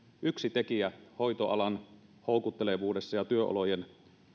yksi tekijä hoitoalan houkuttelevuudessa ja työolojen